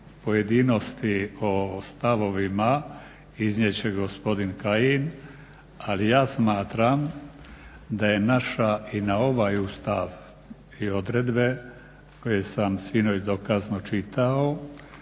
pojedinosti o stavovima iznijet će gospodin Kajin. Ali ja smatram da je naša i na ovaj Ustav i odredbe koje sam sinoć do kasno čitao,